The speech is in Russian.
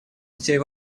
детей